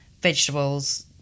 vegetables